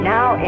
Now